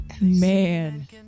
Man